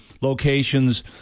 locations